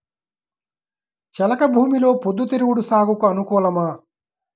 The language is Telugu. చెలక భూమిలో పొద్దు తిరుగుడు సాగుకు అనుకూలమా?